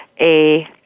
-a